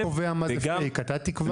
מי קובע מה זה פייק, אתה תקבע?